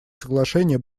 соглашения